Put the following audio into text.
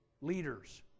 leaders